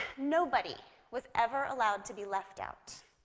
nobody was ever allowed to be left out.